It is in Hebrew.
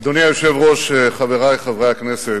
אדוני היושב-ראש, חברי חברי הכנסת,